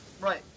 Right